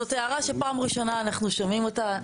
זאת הערה שפעם ראשונה אנחנו שומעים אותה.